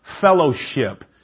fellowship